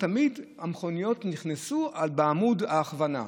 תמיד המכוניות נכנסו בעמוד ההכוונה.